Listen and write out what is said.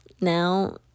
now